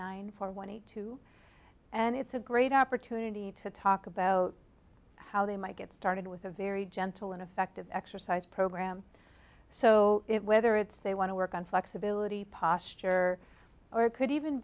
nine four one hundred two and it's a great opportunity to talk about how they might get started with a very gentle and effective exercise program so it whether it's they want to work on flexibility posture or could even